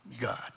God